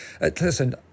listen